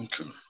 Okay